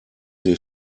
sie